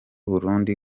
burundi